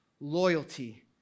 loyalty